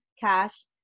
cash